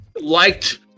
liked